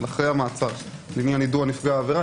אחרי המעצר בעניין יידוע נפגעי העבירה,